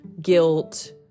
guilt